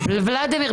ולדימיר,